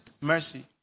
mercy